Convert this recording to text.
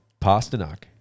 Pasternak